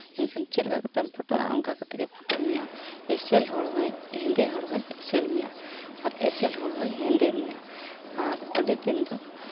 ᱢᱮᱱᱠᱷᱟᱱ ᱪᱮᱫ ᱞᱮᱠᱟ ᱠᱟᱛᱮᱫ ᱮᱢ ᱯᱷᱳᱴᱳᱜᱼᱟ ᱚᱱᱠᱟ ᱠᱟᱛᱮᱫ ᱜᱮ ᱯᱷᱳᱴᱳ ᱢᱮᱭᱟ ᱮᱥᱮᱞ ᱦᱚᱲ ᱦᱚᱭ ᱦᱮᱸᱫᱮ ᱦᱚᱲ ᱦᱚᱭ ᱮᱥᱮᱞ ᱢᱮᱭᱟ ᱟᱨ ᱮᱥᱮᱞ ᱦᱚᱲ ᱦᱚᱭ ᱦᱮᱸᱫᱮ ᱢᱮᱭᱟ ᱟᱨ ᱟᱹᱰᱤ ᱫᱤᱱ ᱫᱚ